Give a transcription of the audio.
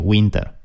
Winter